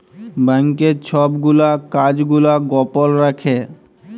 ব্যাংকের ছব গুলা কাজ গুলা গপল রাখ্যে